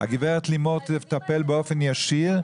הגברת לימור תטפל באופן ישיר,